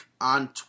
on